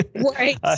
Right